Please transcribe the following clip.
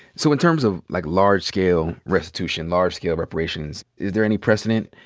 so in terms of, like, large-scale restitution, large-scale reparations, is there any precedent?